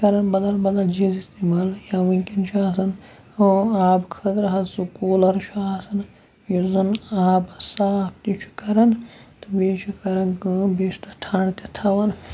کَران بَدَل بَدَل چیٖز استعمال یا وٕنکیٚن چھُ آسان ہُہ آب خٲطرٕ حظ سُہ کوٗلَر چھُ آسان یُس زَن آبَس صاف تہِ چھُ کَران تہٕ بیٚیہِ چھُ کَران کٲم بیٚیہِ چھُ تتھ ٹھَنٛڈٕ تہِ تھَوان